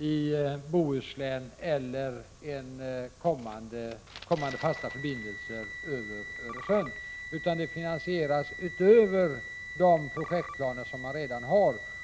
i Bohuslän eller kommande fasta förbindelser över Öresund, utan att detta finansieras utöver de projektplaner som redan finns.